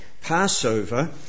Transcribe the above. Passover